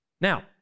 Now